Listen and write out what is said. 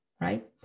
right